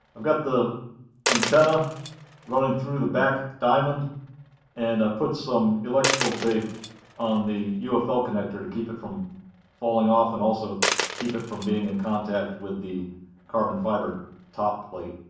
i've got the antenna running through the back diamond and i've put some liquid electrical tape on the ufl connector to keep it from falling off and also keep it from being in contact with the carbon fiber top plate.